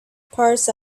parts